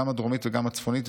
גם הדרומית וגם הצפונית,